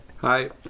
Hi